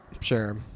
sure